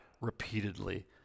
repeatedly